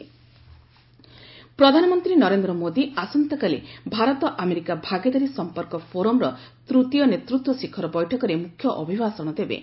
PM address ପ୍ରଧାନମନ୍ତ୍ରୀ ନରେନ୍ଦ୍ର ମୋଦୀ ଆସନ୍ତାକାଲି Bharat America ଭାଗିଦାରୀ ସଫପର୍କ ଫୋରମର ତୃତୀୟ ନେତୃତ୍ୱ ଶିଖର ବୈଠକରେ ମୁଖ୍ୟ ଅଭିଭାଷଣ ଦେବେ